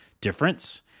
difference